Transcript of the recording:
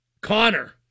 Connor